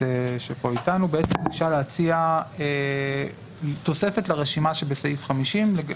הכנסת חוה אתי עטיה ביקשה להציע תוספת לרשימה שבסעיף 50 (לחוק ההוצאה